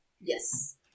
Yes